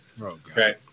Okay